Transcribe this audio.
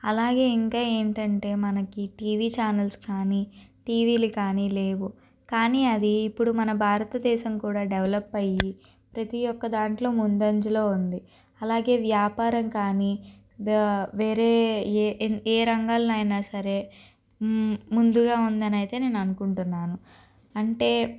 అలాగే ఇంకా ఏంటంటే మనకి టీవీ చానెల్స్ కాని టీవీలు కాని లేవు కానీ అది ఇప్పుడు మన భారతదేశం కూడ డెవలప్ అయ్యి ప్రతీఒక్క దాంట్లో ముందంజలో ఉంది అలాగే వ్యాపారం కాని వేరే ఏ రంగంలో అయినా సరే ముందుగా ఉందని అయితే నేను అనుకుంటున్నాను అంటే